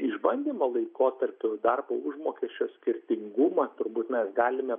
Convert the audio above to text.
išbandymo laikotarpiu darbo užmokesčio skirtingumą turbūt mes galime